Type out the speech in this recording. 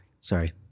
sorry